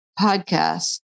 podcast